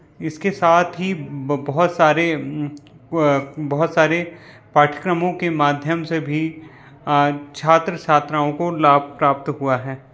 इसके साथ ही बहुत सारे बहुत सारे पाठ्यक्रमों के माध्यम से भी छात्र छात्राओं को लाभ प्राप्त हुआ है